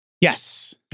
Yes